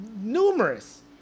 numerous